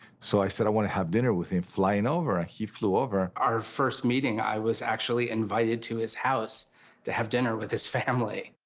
so i said i want to have dinner with him, fly him and over. he flew over. our first meeting i was actually invited to his house to have dinner with his family.